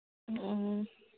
ꯎꯝ